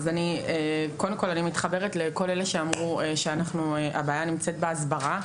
קודם כול אני מתחברת לכל אלה שאמרו שהבעיה נמצאת בהסברה,